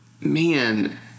man